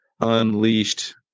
unleashed